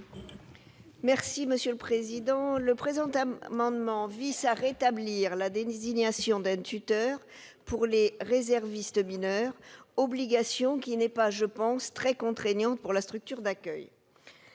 Françoise Laborde. Le présent amendement vise à rétablir la désignation d'un tuteur pour les réservistes mineurs, obligation qui n'est pas, selon moi, très contraignante pour la structure d'accueil.